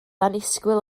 annisgwyl